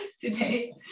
today